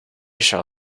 shall